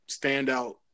Standout